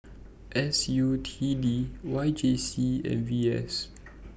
S U T D Y J C and V S